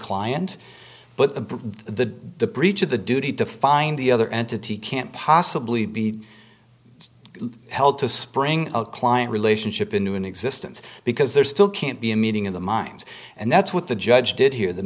client but the breach of the duty to find the other entity can't possibly be held to spring a client relationship into an existence because there's still can't be a meeting of the minds and that's what the judge did here the